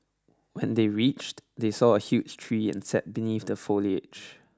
when they reached they saw a huge tree and sat beneath the foliage